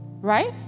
Right